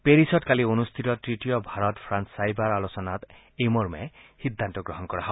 পেৰিছত কালি অনুষ্ঠিত তৃতীয় ভাৰত ফ্ৰাল ছাইবাৰ আলোচনাত এই মৰ্মে সিদ্ধান্ত গ্ৰহণ কৰা হয়